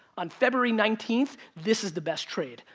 on february nineteenth, this is the best trade.